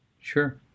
Sure